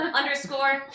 underscore